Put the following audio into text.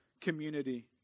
community